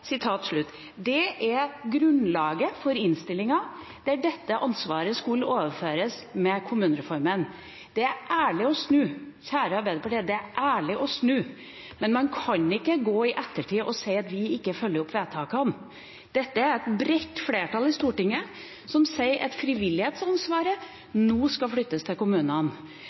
med kommunereformen. Det er ærlig å snu, kjære Arbeiderpartiet, men man kan ikke komme i ettertid og si at vi ikke følger opp vedtakene. Det er et bredt flertall i Stortinget som sier at frivillighetsansvaret skal flyttes til kommunene.